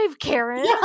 Karen